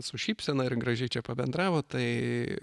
su šypsena ir gražiai čia pabendravo tai